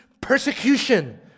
persecution